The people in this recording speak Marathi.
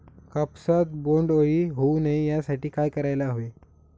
कापसात बोंडअळी होऊ नये यासाठी काय करायला हवे?